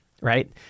right